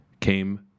came